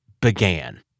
began